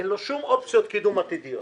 אין לו שום אופציות קידום עתידיות.